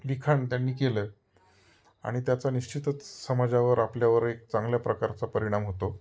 लिखाण त्यांनी केलं आणि त्याचा निश्चितच समाजावर आपल्यावर एक चांगल्या प्रकारचा परिणाम होतो